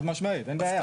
חד משמעית אין בעיה,